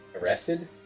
arrested